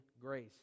grace